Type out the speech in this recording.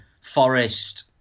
Forest